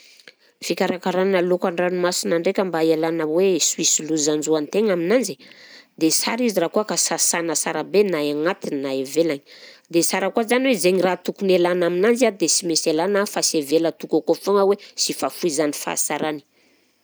Fikarakarana laokan-dranomasina ndraika mba hialana hoe sy ho hisy loza hanjo an-tegna aminanzy, dia sara izy raha koa ka sasana sara be na egnatiny na ivelany, dia sara koa zany hoe zaigny raha tokony alàna aminanzy a dia sy mainsy alàna fa sy avela atokaka ao foagna hoe sy fahafoizan'ny fahasarany.